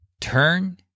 Turn